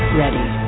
ready